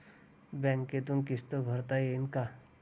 बँकेतून किस्त भरता येईन का?